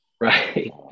Right